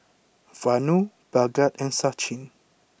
Vanu Bhagat and Sachin